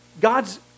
God's